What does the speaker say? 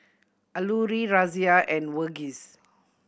Alluri Razia and Verghese